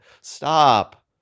Stop